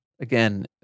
again